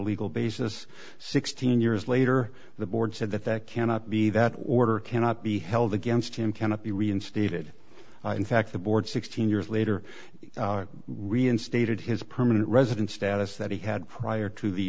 legal basis sixteen years later the board said that that cannot be that order cannot be held against him cannot be reinstated in fact the board sixteen years later reinstated his permanent resident status that he had prior to the